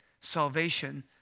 salvation